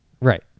Right